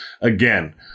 Again